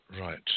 right